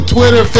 Twitter